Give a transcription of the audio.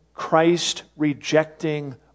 Christ-rejecting